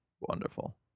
wonderful